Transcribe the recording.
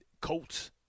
Colts